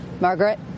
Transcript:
Margaret